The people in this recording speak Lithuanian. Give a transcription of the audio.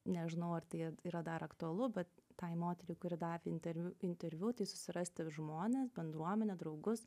nežinau ar tai yra dar aktualu bet tai moteriai kuri davė interviu interviu tai susirasti žmones bendruomenę draugus